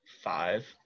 five